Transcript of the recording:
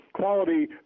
quality